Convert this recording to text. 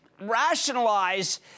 rationalize